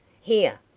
Here